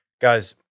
Guys